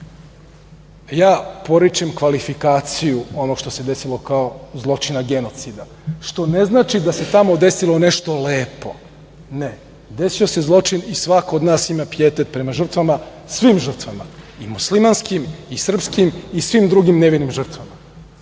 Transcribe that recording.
ja poričem kvalifikaciju onoga što se desilo kao zločina genocida što ne znači da se tamo desilo nešto lepo desio se zločin i svako od nas ima pijetet prema žrtvama svim žrtvama i muslimanskim i srpskim i svim drugim nevinim žrtvama. Ja